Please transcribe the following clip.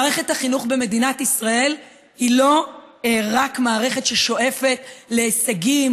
מערכת החינוך במדינת ישראל היא מערכת ששואפת להישגים,